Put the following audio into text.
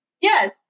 Yes